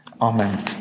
Amen